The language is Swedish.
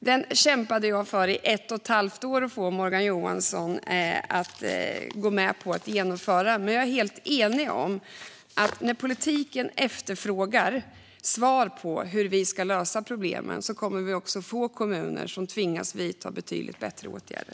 Jag kämpade i ett och ett halvt år för att få Morgan Johansson att gå med på att genomföra den. Jag är helt enig med ledamoten om att när politiken efterfrågar svar på hur vi ska lösa problem kommer vi att få kommuner som tvingas till att vidta betydligt bättre åtgärder.